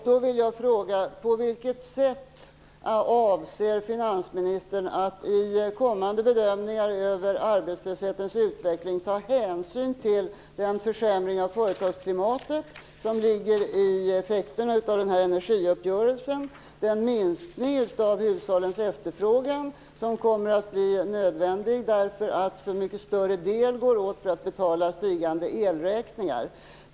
Då vill jag fråga: På vilket sätt avser finansministern att i kommande bedömningar över arbetslöshetens utveckling ta hänsyn till den försämring av företagsklimatet som ligger i effekterna av energiuppgörelsen, den minskning av hushållens efterfrågan som kommer att bli oundviklig därför att så mycket större del går åt att betala stigande elräkningar?